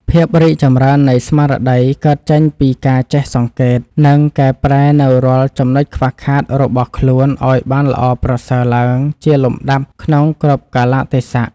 ភាពរីកចម្រើននៃស្មារតីកើតចេញពីការចេះសង្កេត និងកែប្រែនូវរាល់ចំណុចខ្វះខាតរបស់ខ្លួនឱ្យបានល្អប្រសើរឡើងជាលំដាប់ក្នុងគ្រប់កាលៈទេសៈ។